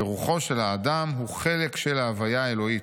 ורוחו של האדם הוא חלק של 'ההוויה האלוהית'.